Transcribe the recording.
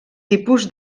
tipus